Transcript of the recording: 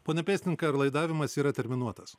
pone pėstininkai ar laidavimas yra terminuotas